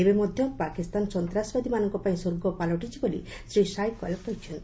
ଏବେ ମଧ୍ୟ ପାକିସ୍ତାନ ସନ୍ତ୍ରାସବାଦୀମାନଙ୍କ ପାଇଁ ସ୍ୱର୍ଗ ପାଲଟିଛି ବୋଲି ଶ୍ରୀ ସଇକାଲ୍ କହିଛନ୍ତି